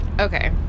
Okay